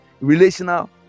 relational